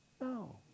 No